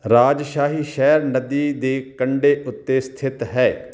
ਰਾਜਸ਼ਾਹੀ ਸ਼ਹਿਰ ਨਦੀ ਦੇ ਕੰਢੇ ਉੱਤੇ ਸਥਿਤ ਹੈ